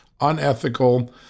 unethical